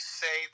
say